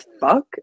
fuck